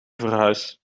verhuis